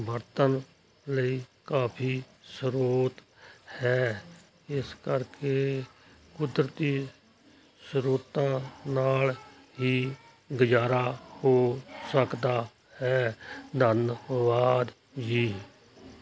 ਵਰਤਨ ਲਈ ਕਾਫੀ ਸਰੋਤ ਹੈ ਇਸ ਕਰਕੇ ਕੁਦਰਤੀ ਸਰੋਤਾ ਨਾਲ ਹੀ ਗੁਜ਼ਾਰਾ ਹੋ ਸਕਦਾ ਹੈ ਧੰਨਵਾਦ ਜੀ